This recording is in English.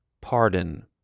pardon